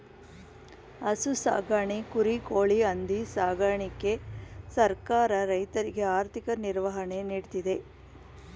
ಹಸು ಸಾಕಣೆ, ಕುರಿ, ಕೋಳಿ, ಹಂದಿ ಸಾಕಣೆಗೆ ಸರ್ಕಾರ ರೈತರಿಗೆ ಆರ್ಥಿಕ ನಿರ್ವಹಣೆ ನೀಡ್ತಿದೆ